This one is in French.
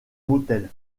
motel